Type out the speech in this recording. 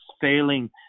failing